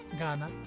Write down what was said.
Ghana